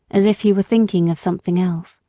as if he were thinking of something else.